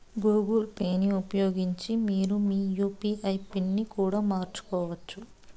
Google పేని ఉపయోగించి మీరు మీ యూ.పీ.ఐ పిన్ ని కూడా మార్చుకోవచ్చు